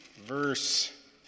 verse